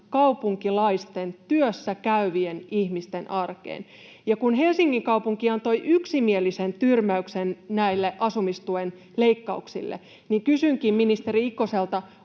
kaupunkilaisten, työssäkäyvien ihmisten arkeen. Kun Helsingin kaupunki antoi yksimielisen tyrmäyksen asumistuen leikkauksille, niin kysynkin ministeri Ikoselta: